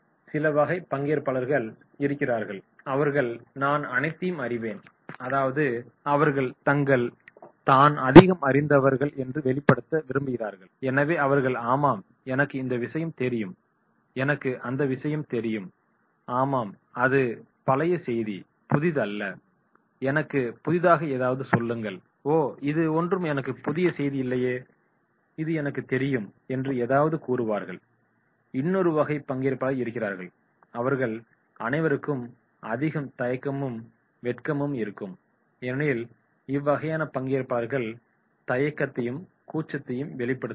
இன்னும் சில வகை பங்கேற்பாளர்கள் இருகிறார்கள் அவர்கள் நான் அனைத்தையும் அறிவேன் அதாவது அவர்கள் தாங்கள் தான் அதிகமாக அறிந்தவர்கள் என்று வெளிப்படுத்த விரும்புகிறார்கள் எனவே அவர்கள் ஆமாம் எனக்கு இந்த விஷயம் தெரியும் எனக்கு அந்த விஷயம் தெரியும் ஆமாம் அது பழைய செய்தி இது புதியதல்ல எனக்கு புதிதாக ஏதாவது சொல்லுங்கள் ஓ இது ஒன்றும் எனக்கு புதிய செய்தி இல்லை இது தெரியும்" என்று எதாவது கூறுவார்கள் இன்னொருவகை பங்கேற்பாளர்கள் இருகிறார்கள் அவர்கள் அனைவருக்கும் அதிக தயக்கமும் வெட்கமும் இருக்கும் ஏனெனில் இவ்வகையான பங்கேற்பாளர்கள் தயக்கத்தையும் கூச்சத்தையும் வெளிப்படுத்துவார்கள்